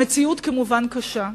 המציאות, כמובן, קשה.